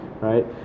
right